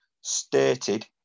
stated